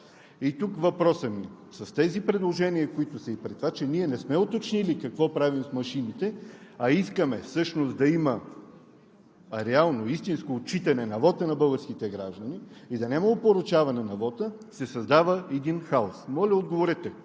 И тук с тези предложения и при това, че ние не сме уточнили какво правим с машините, а искаме всъщност да има реално, истинско отчитане на вота на българските граждани и да няма опорочаване на вота, се създава един хаос. Моля, отговорете: